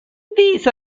these